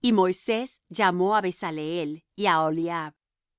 y moisés llamó á bezaleel y á aholiab